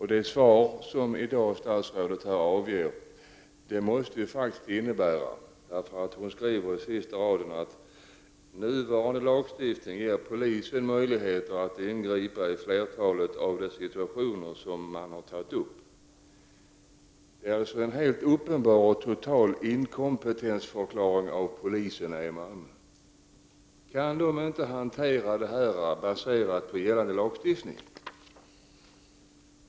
I det svar som statsrådet i dag lämnar skriver hon att nuvarande lagstiftning ger polisen möjligheter att ingripa i flertalet av de situationer som myndigheten tog upp i skrivelsen. Det är alltså en uppenbar och total inkompetensförklaring av polismännen i Malmö. Kan de inte hantera dessa problem baserat på gällande lagstiftning?